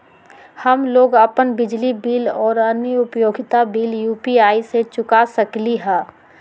हम लोग अपन बिजली बिल और अन्य उपयोगिता बिल यू.पी.आई से चुका सकिली ह